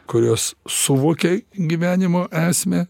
kurios suvokė gyvenimo esmę